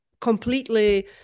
completely